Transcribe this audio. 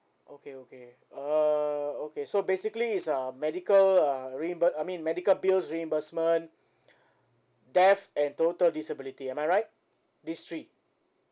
okay okay uh okay so basically is a medical uh reimbu~ I mean medical bills reimbursement death and total disability am I right this three